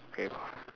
okay